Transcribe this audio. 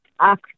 ask